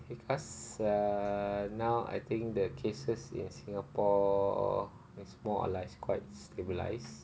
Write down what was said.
because uh now I think the cases in singapore is more or less quite stabilised